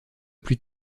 plus